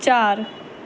ਚਾਰ